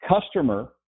Customer